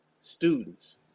students